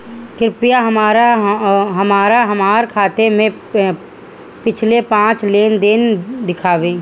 कृपया हमरा हमार खाते से पिछले पांच लेन देन दिखाइ